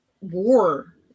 war